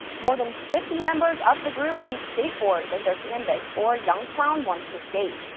more than fifty members of the group used skateboards as their canvas for youngstown wants to skate.